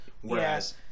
Whereas